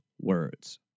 words